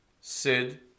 Sid